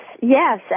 yes